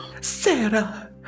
Sarah